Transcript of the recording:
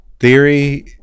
theory